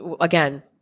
again